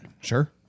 Sure